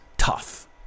tough